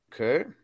Okay